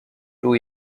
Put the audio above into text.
two